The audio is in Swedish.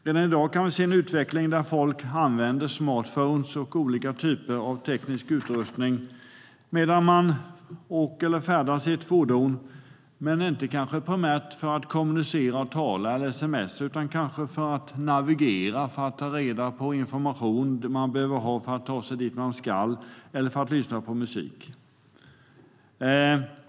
Redan i dag kan vi se en utveckling där folk använder smartphones och olika typer av teknisk utrustning medan de färdas i ett fordon, men man använder dem kanske inte primärt för att kommunicera, tala eller sms:a utan kanske för att navigera, ta reda på information för att ta sig dit man ska, eller för att lyssna på musik.